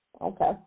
Okay